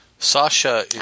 Sasha